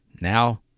now